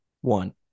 one